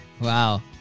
Wow